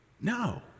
No